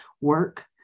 work